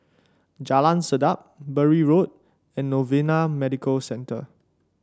Jalan Sedap Bury Road and Novena Medical Centre